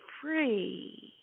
free